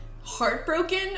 heartbroken